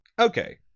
Okay